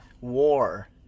War